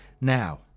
Now